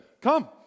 Come